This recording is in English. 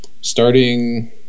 Starting